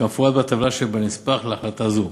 כמפורט בטבלה שבנספח להחלטה זו.